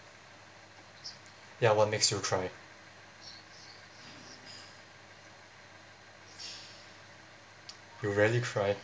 ya what makes you cry it you rarely cry